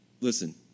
Listen